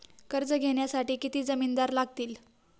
कर्ज घेण्यासाठी किती जामिनदार लागतील?